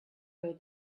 owe